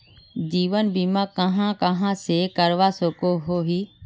जीवन बीमा कहाँ कहाँ से करवा सकोहो ही?